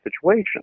situation